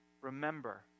Remember